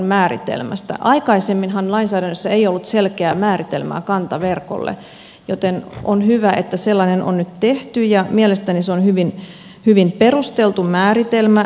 aikaisemminhan lainsäädännössä ei ollut selkeää määritelmää kantaverkolle joten on hyvä että sellainen on nyt tehty ja mielestäni se on hyvin perusteltu määritelmä